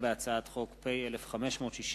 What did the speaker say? הצעת חוק בתי-המשפט